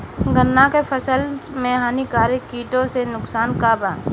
गन्ना के फसल मे हानिकारक किटो से नुकसान बा का?